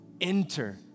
enter